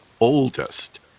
oldest